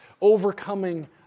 overcoming